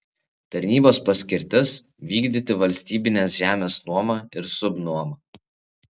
tarnybos paskirtis vykdyti valstybinės žemės nuomą ir subnuomą